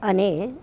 અને